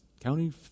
County